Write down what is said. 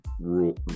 rule